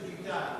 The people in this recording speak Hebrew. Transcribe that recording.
חבר הכנסת ביטן.